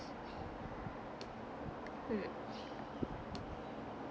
hmm